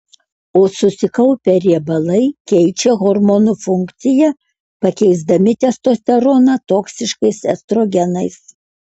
o susikaupę riebalai keičia hormonų funkciją pakeisdami testosteroną toksiškais estrogenais